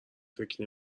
فکر